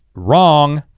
wrong!